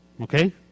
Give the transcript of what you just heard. Okay